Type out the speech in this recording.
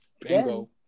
Bingo